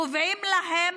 קובעים להן